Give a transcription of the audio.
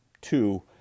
two